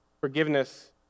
forgiveness